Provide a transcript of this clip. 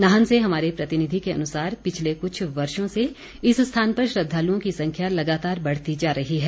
नाहन से हमारे प्रतिनिधि के अनुसार पिछले कुछ वर्षो से इस स्थान पर श्रद्वालुओं की संख्या लगातार बढती जा रही है